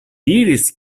diris